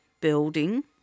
building